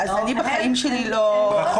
אז אני בחיים שלי לא --- אני מדבר